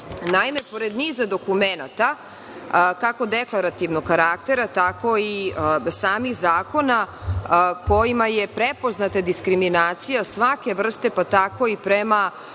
pored niza dokumenata, kako deklarativnog karaktera, tako i samih zakona kojima je prepoznata diskriminacija svake vrste, pa tako i prema